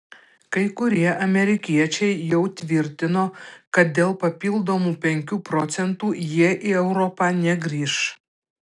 kai kurie amerikiečiai jau tvirtino kad dėl papildomų penkių procentų jie į europą negrįš